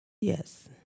Yes